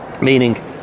meaning